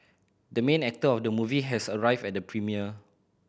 the main actor of the movie has arrived at the premiere